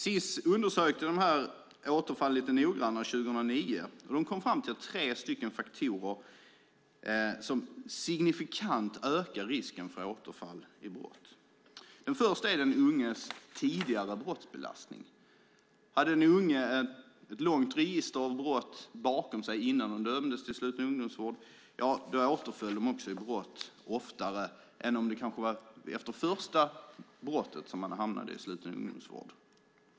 Sis undersökte återfallen lite noggrannare år 2009 och kom fram till tre faktorer som signifikant ökar risken för återfall i brott. Den första är den unges tidigare brottsbelastning. Har de unga ett långt register av brott bakom sig innan de dömdes till sluten ungdomsvård återföll de också i brott oftare än om det var efter första brottet som de hamnade i sluten ungdomsvård.